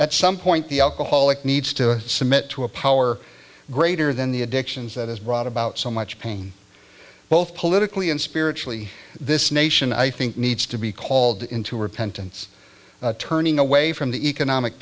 at some point the alcoholic needs to submit to a power greater than the addictions that has brought about so much pain both politically and spiritually this nation i think needs to be called into repentance turning away from the economic